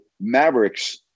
Mavericks